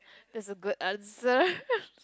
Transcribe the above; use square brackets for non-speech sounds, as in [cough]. that's a good answer [laughs]